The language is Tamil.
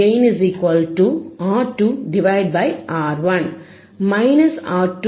மைனஸ் R2 பை R1 ஏன்